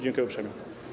Dziękuję uprzejmie.